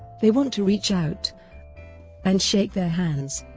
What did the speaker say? they want to reach out and shake their hands.